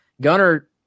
Gunner